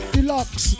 Deluxe